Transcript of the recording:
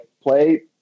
play